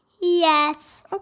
Yes